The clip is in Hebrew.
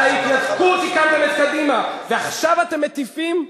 על ההתנתקות הקמתם את קדימה, עכשיו אתם מטיפים?